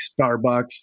Starbucks